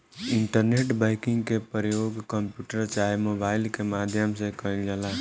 internet banking के परयोग computer चाहे मोबाइल के माध्यम से कईल जाला